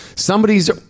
Somebody's